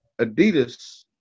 Adidas